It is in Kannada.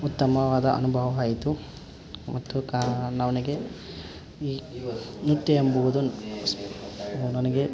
ಉತ್ತಮವಾದ ಅನುಭವವಾಯಿತು ಮತ್ತು ಕ ನನಗೆ ಈ ನೃತ್ಯ ಎಂಬುವುದು ನನಗೆ